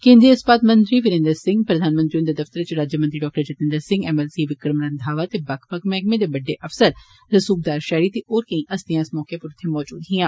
केंद्री इस्पात मंत्री बिरेन्द्र सिंह प्रधानमंत्री हुन्दे दफ्तरै च राज्यमंत्री डॉ जितेंद्र सिंह डस्ब विक्रम रंधावा ते बक्ख बक्ख मैह्कमें दे बड्डे अफसर रसूखदार पैह्री ते होर कोई हस्तियां बी इस मौके उत्थे मजूद हियां